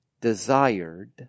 desired